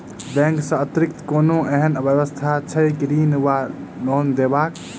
Bank केँ अतिरिक्त कोनो एहन व्यवस्था छैक ऋण वा लोनदेवाक?